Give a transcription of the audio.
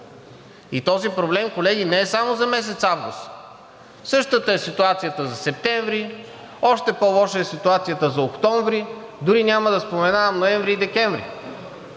И този проблем, колеги, не е само за месец август. Същата е ситуацията за септември, още по-лоша е ситуацията за октомври. Дори няма да споменавам ноември и декември.